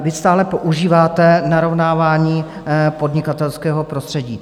Vy stále používáte narovnávání podnikatelského prostředí.